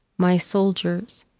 my soldiers,